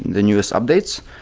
the newest updates.